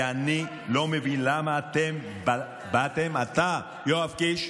ואני לא מבין למה אתם באתם, אתה, יואב קיש,